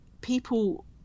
people